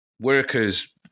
workers